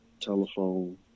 telephone